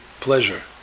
pleasure